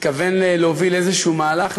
מתכוון להוביל איזשהו מהלך,